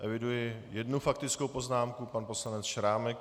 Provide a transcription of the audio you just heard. Eviduji jednu faktickou poznámku, pan poslanec Šrámek.